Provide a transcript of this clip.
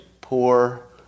poor